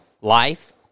life